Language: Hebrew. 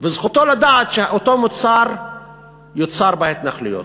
זכותו לדעת שאותו מוצר יוצר בהתנחלויות.